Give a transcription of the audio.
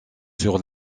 sur